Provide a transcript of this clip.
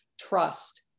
trust